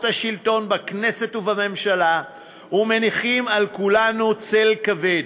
השלטון בכנסת ובממשלה ומניחים על כולנו צל כבד.